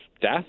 death